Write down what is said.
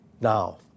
now